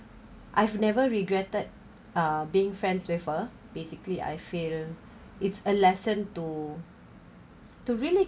I've never regretted uh being friends with her basically I feel it's a lesson to to really